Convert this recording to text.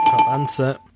answer